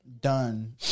done